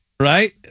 Right